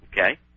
okay